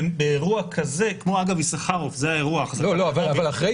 באירוע של החזקת קנאביס אנחנו נפסול.